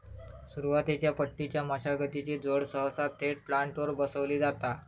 सुरुवातीच्या पट्टीच्या मशागतीची जोड सहसा थेट प्लांटरवर बसवली जाता